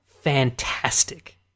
fantastic